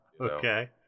Okay